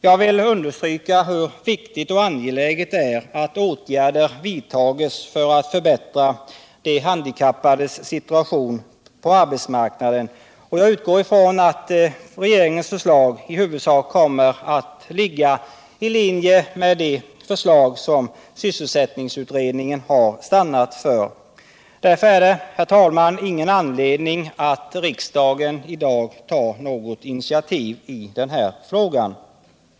Jag vill understryka hur angeläget det är att åtgärder vidtages för att förbättra de handikappades situation på arbetsmarknaden, och jag utgår ifrån att regeringens förslag i huvudsak kommer att ligga i linje med det förslag som sysselsättningsutredningen har stannat för. Därför finns det, herr talman, ingen anledning att riksdagen i dag tar något initiativ i frågan.